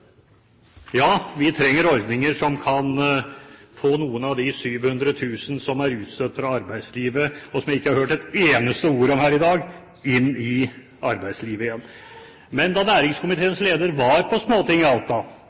Ja, vi trenger ordninger som kan få noen av de 700 000 som er utstøtt fra arbeidslivet, og som jeg ikke har hørt et eneste ord om her i dag, inn i arbeidslivet igjen. Men da næringskomiteens leder var på Småtinget i Alta,